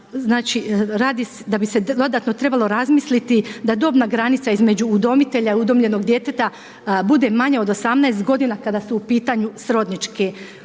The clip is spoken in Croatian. znači, da bi se dodatno trebalo razmisliti da dobna granica između udomitelja, udomljenog djeteta bude manja od 18 godina kada su u pitanju srodničke obitelji,